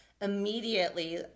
immediately